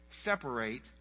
separate